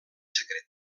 secret